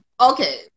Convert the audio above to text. okay